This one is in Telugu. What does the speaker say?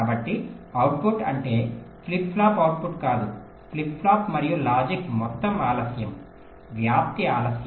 కాబట్టి అవుట్పుట్ అంటే ఫ్లిప్ ఫ్లాప్ అవుట్పుట్ కాదు ఫ్లిప్ ఫ్లాప్ మరియు లాజిక్ మొత్తం ఆలస్యం వ్యాప్తి ఆలస్యం